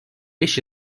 beş